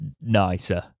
nicer